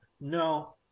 No